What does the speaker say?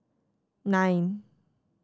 nine